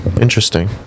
interesting